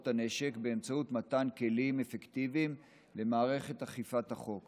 הנשק באמצעות מתן כלים אפקטיביים למערכת אכיפת החוק.